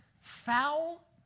Foul